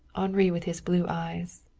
henri with his blue eyes,